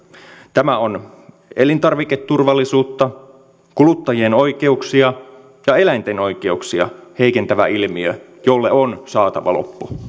tämä on elintarviketurvallisuutta kuluttajien oikeuksia ja eläinten oikeuksia heikentävä ilmiö jolle on saatava loppu